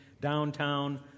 downtown